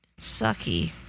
Sucky